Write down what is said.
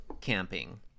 camping